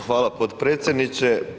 Hvala potpredsjedniče.